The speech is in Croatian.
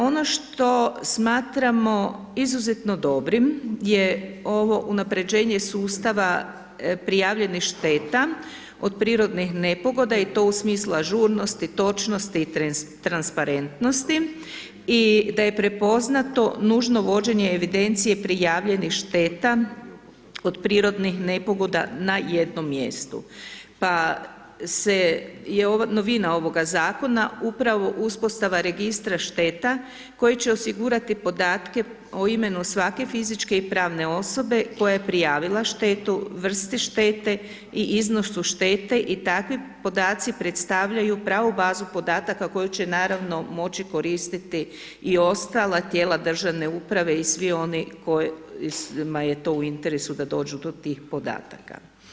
Ono što smatramo izuzetno dobrim je ovo unapređenje sustava prijavljenih šteta od prirodnih nepogoda i to u smislu ažurnosti, točnosti i transparentnosti i da je prepoznato nužno vođenje evidencije prijavljenih šteta od prirodnih nepogoda na jednom mjestu, pa je novina ovoga Zakona upravo uspostava Registra šteta koji će osigurati podatke o imenu svake fizičke i pravne osobe koja je prijavila štetu, vrsti štete i iznosu štete i takvi podaci predstavljaju pravu bazu podataka koju će, naravno, moći koristiti i ostale tijela državne uprave i svi oni kojima je to u interesu da dođu to tih podataka.